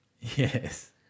Yes